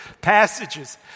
passages